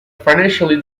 financially